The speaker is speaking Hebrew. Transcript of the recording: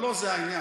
אבל לא זה העניין.